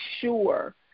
sure